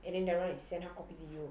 and then the right center copy you